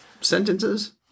sentences